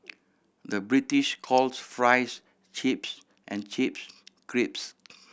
the British calls fries chips and chips crisps